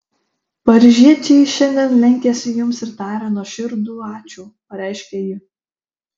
paryžiečiai šiandien lenkiasi jums ir taria nuoširdų ačiū pareiškė ji